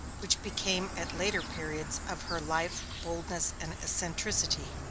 which became at later periods of her life boldness and eccentricity,